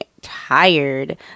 tired